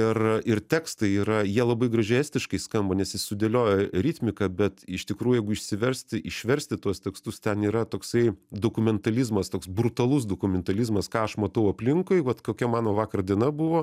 ir ir tekstai yra jie labai gražiai estiškai skamba nes jis sudėliojo ritmiką bet iš tikrųjų jeigu išsiversti išversti tuos tekstus ten yra toksai dokumentalizmas toks brutalus dokumentalizmas ką aš matau aplinkui vat kokia mano vakar diena buvo